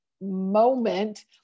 moment